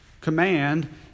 Command